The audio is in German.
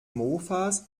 mofas